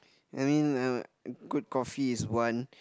I mean I a good coffee is one